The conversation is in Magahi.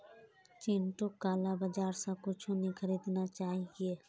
चिंटूक काला बाजार स कुछू नी खरीदना चाहिए